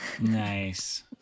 nice